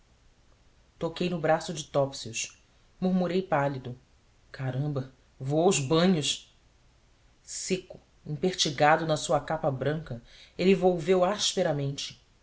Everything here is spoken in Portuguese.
toquei no braço de topsius murmurei pálido caramba vou aos banhos seco empertigado na sua capa branca ele volveu asperamente